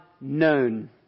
known